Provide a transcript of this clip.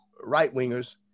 right-wingers